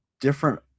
different